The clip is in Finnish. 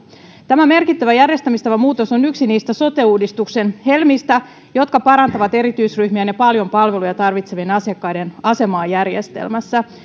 tämä merkittävä järjestämistavan muutos on yksi niistä sote uudistuksen helmistä jotka parantavat erityisryhmien ja paljon palveluja tarvitsevien asiakkaiden asemaa järjestelmässä